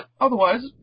otherwise